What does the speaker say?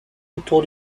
autour